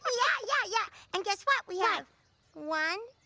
yeah yeah yeah. and guess what? we have one,